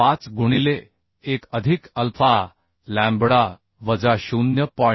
5 गुणिले 1 अधिक alpha lambda वजा 0